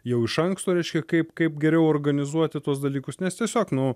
jau iš anksto reiškia kaip kaip geriau organizuoti tuos dalykus nes tiesiog nu